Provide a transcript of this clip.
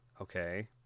Okay